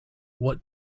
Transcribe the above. what